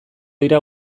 dira